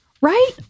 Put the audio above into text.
right